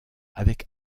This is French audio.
avec